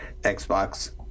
xbox